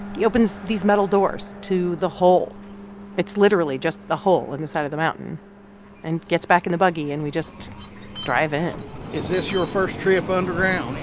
he opens these metal doors to the hole it's literally just a hole in the side of the mountain and gets back in the buggy. and we just drive in is this your first trip underground?